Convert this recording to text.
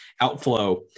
outflow